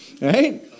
Right